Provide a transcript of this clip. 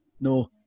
No